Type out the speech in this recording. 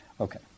Okay